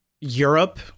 Europe